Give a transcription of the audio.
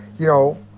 you know,